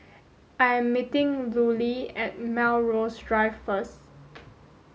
I am meeting Lulie at Melrose Drive first